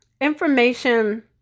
information